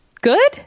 good